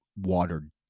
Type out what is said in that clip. watered